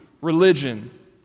religion